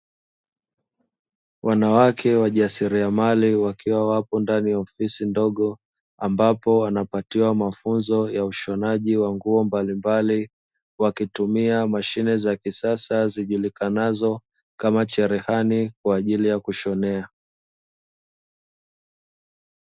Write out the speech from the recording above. Wanawake wajasiriamali wakiwa wapo ndani ya ofisi ndogo ambapo wanapatiwa mafunzo ya ushonaji wa nguo mbalimbali wakitumia mashine za kisasa zijulikanazo kama cherehani kwa ajili ya kushonea.